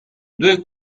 due